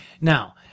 Now